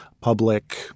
public